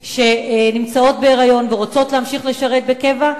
שנמצאות בהיריון ורוצות להמשיך לשרת בקבע,